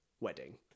wedding